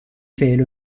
فعل